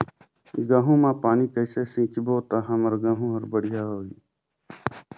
गहूं म पानी कइसे सिंचबो ता हमर गहूं हर बढ़िया होही?